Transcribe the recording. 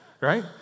Right